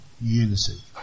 unity